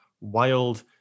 wild